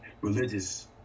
Religious